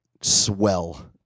swell